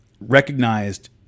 recognized